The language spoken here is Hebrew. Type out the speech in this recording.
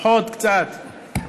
לפחות קצת אנחנו